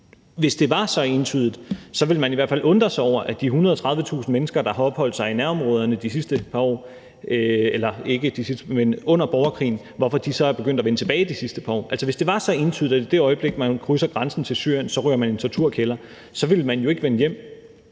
Hvis det var så entydigt, ville man i hvert fald undre sig over, at de 130.000 mennesker, der har opholdt sig i nærområderne under borgerkrigen, er begyndt at vende tilbage det sidste par år. Altså, hvis det var så entydigt, at man i det øjeblik, man krydser grænsen til Syrien, ryger i en torturkælder, så ville man jo ikke vende hjem. Og